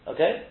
Okay